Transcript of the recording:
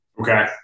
Okay